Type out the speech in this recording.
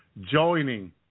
joining